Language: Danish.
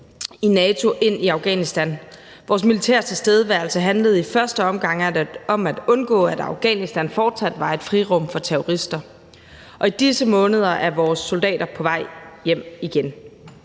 i NATO ind i Afghanistan. Vores militære tilstedeværelse handlede i første omgang om at undgå, at Afghanistan fortsat var et frirum for terrorister, og i disse måneder er vores soldater på vej hjem igen.